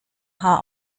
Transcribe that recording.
haar